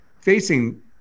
facing